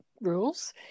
rules